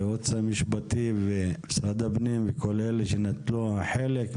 הייעוץ המשפטי ומשרד הפנים וכל אלה שנטלו חולק.